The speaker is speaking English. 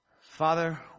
Father